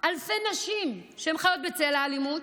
אלפי נשים שחיות בצל האלימות,